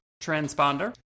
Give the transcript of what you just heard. transponder